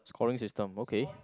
scoring system okay